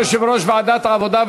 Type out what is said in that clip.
תודה ליושב-ראש ועדת העבודה,